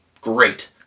great